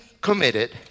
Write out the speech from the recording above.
committed